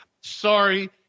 Sorry